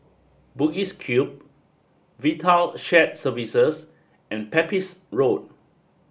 Bugis Cube VITAL Shared Services and Pepys Road